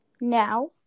now